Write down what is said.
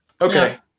Okay